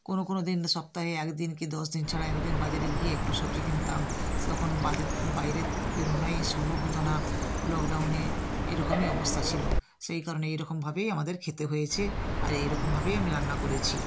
কোনও কোনও দিন সপ্তাহে এক দিন কী দশ দিন ছাড়া এক দিন বাজারে গিয়ে একটু সবজি কিনতাম তখন বাজার বাইরে বেরোনাই সম্ভব হতো না লকডাউনে এরকমই অবস্থা ছিল সেই কারণে এরকমভাবেই আমাদের খেতে হয়েছে আর এইরকমভাবেই আমি রান্না করেছি